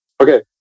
Okay